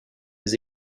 des